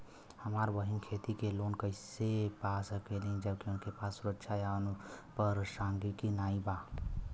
हमार बहिन खेती के लोन कईसे पा सकेली जबकि उनके पास सुरक्षा या अनुपरसांगिक नाई बा?